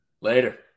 Later